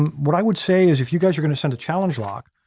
and what i would say is, if you guys are going to send a challenge lock,